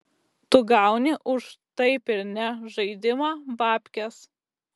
tu gauni už taip ir ne žaidimą bapkes